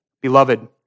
Beloved